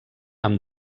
amb